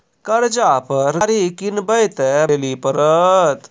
कर्जा पर गाड़ी किनबै तऽ बैंक मे केतना पैसा जमा करे लेली पड़त?